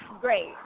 great